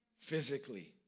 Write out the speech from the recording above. physically